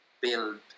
build